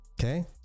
Okay